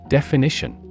Definition